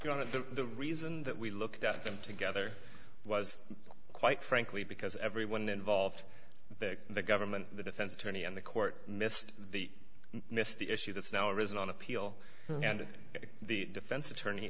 to the reason that we looked at them together was quite frankly because everyone involved big the government the defense attorney and the court missed the missed the issue that's now arisen on appeal and the defense attorney